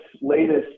latest